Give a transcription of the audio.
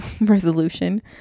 resolution